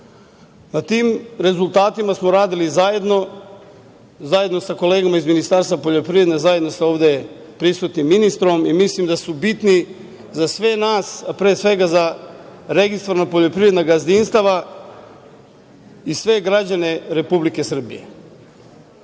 tim rezultatima smo radili zajedno, zajedno sa kolegama iz Ministarstva poljoprivrede zajedno sa ovde prisutnim ministrom i mislim da su bitni za sve nas, pre svega za registrovana poljoprivredna gazdinstva i sve građane Republike